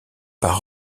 par